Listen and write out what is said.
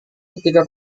ketika